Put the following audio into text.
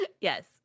Yes